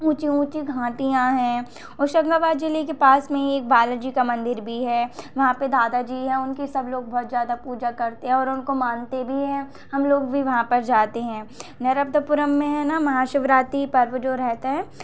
ऊँची ऊँची घाटियाँ हैं होशंगाबाद ज़िले के पास में एक बालाजी का मंदिर भी है वहां पे दादा जी हैं उनकी सब लोग बहुत ज़्यादा पूजा करते है और उनको मानते भी हैं हम लोग भी वहां पर जाते हैं नर्मदापुरम में है ना महाशिवरात्रि पर्व जो रहता है